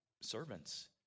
servants